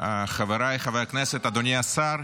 חבריי חברי הכנסת, אדוני השר.